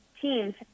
teams